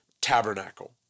tabernacle